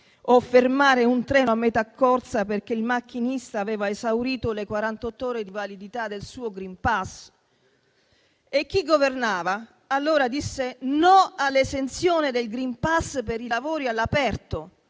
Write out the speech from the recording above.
o fermare un treno a metà corsa perché il macchinista aveva esaurito le quarantott'ore di validità del suo *green pass*. Chi governava allora disse di no all'esenzione dal *green pass* per i lavori all'aperto,